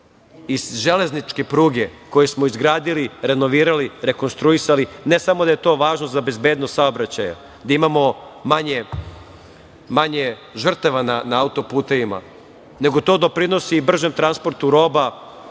i železničke pruge koje smo izgradili, renovirali, rekonstruisali. Ne samo da je to važno za bezbednost saobraćaja, da imamo manje žrtava na autoputevima, nego to doprinosi bržem transportu roba,